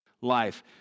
life